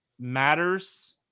matters